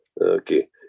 Okay